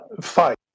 fight